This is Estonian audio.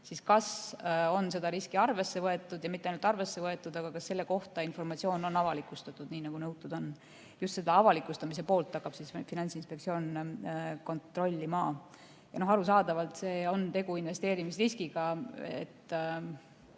siis kas on seda riski arvesse võetud ja mitte ainult arvesse võetud, aga kas selle kohta on informatsioon avalikustatud nii, nagu nõutud on. Just seda avalikustamise poolt hakkab Finantsinspektsioon kontrollima. Arusaadavalt on tegu investeerimisriskiga.